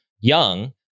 young